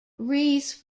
reyes